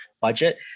budget